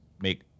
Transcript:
make